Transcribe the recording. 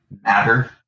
matter